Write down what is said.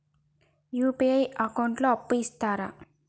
UPI account లో అప్పు ఇస్తరా?